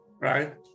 right